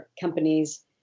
companies